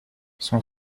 son